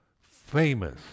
famous